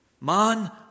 Man